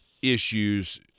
issues